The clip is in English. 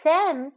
Sam